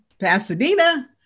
Pasadena